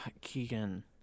Keegan